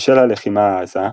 בשל הלחימה העזה,